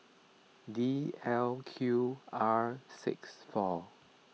D L Q R six four